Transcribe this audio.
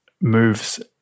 moves